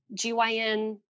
GYN